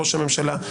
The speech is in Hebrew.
ראש הממשלה,